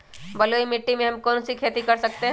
बलुई मिट्टी में हम कौन कौन सी खेती कर सकते हैँ?